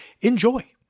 Enjoy